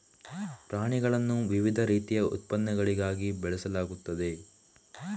ಪ್ರಾಣಿಗಳನ್ನು ವಿವಿಧ ರೀತಿಯ ಉತ್ಪನ್ನಗಳಿಗಾಗಿ ಬೆಳೆಸಲಾಗುತ್ತದೆ